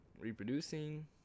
reproducing